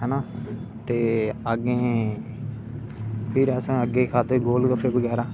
है ना ते अग्गे फिर आसें अग्गै खाद्धे गल गप्पे बगैरा